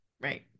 Right